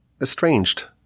estranged